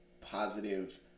positive